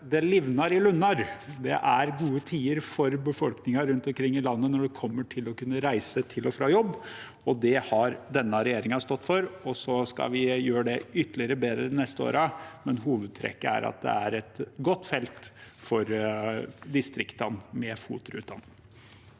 «No livnar det i lundar.» Det er gode tider for befolkningen rundt omkring i landet når det gjelder å kunne reise til og fra jobb. Det har denne regjeringen stått for. Vi skal gjøre det ytterligere bedre de neste årene, men hovedtrekket er at FOT-rutene er et godt felt for distriktene. Trond